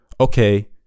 okay